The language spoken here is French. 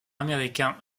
américains